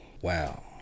Wow